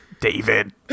David